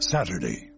Saturday